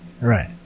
Right